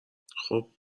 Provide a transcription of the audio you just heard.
خوب